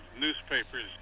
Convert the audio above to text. newspapers